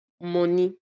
money